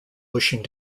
wishing